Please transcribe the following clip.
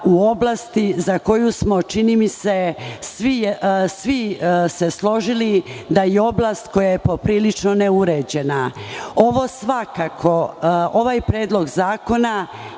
u oblasti za koju smo čini mi se svi se složili da i oblast koja je poprilično neuređena. Ovaj predlog zakona